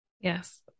yes